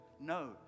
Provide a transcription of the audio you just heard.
No